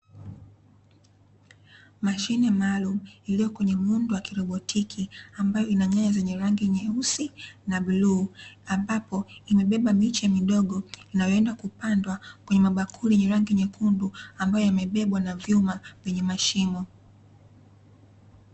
Mashine maalumu iliyo kwenye muundo wa kirobotiki ambayo inanyaya zenye rangi nyeusi na bluu, ambapo imebeba miche midogo inayoenda kupandwa kwenye mabakuli yenye rangi nyekundu ambayo yamebebwa na vyuma yenye mashimo.